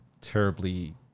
terribly